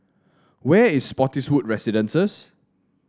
where is Spottiswoode Residences